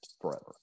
forever